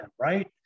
right